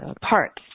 parts